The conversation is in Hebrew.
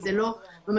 כי זה לא ממש עיסוק.